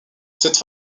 cette